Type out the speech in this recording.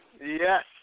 Yes